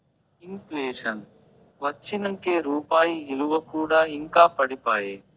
in ప్లేషన్ వచ్చినంకే రూపాయి ఇలువ కూడా ఇంకా పడిపాయే